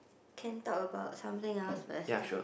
can talk about something else first